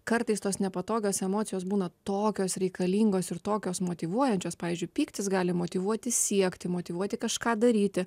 kartais tos nepatogios emocijos būna tokios reikalingos ir tokios motyvuojančios pavyzdžiui pyktis gali motyvuoti siekti motyvuoti kažką daryti